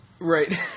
right